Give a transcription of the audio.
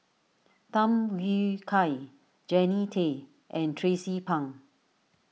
Tham Yui Kai Jannie Tay and Tracie Pang